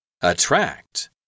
Attract